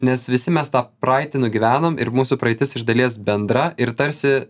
nes visi mes tą praeitį nugyvenom ir mūsų praeitis iš dalies bendra ir tarsi